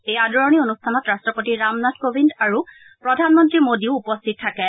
এই আদৰণি অনুষ্ঠানত ৰট্টপতি ৰামনাথ কোৱিন্দ আৰু প্ৰধানমন্নী মোদীও উপস্থিত থাকে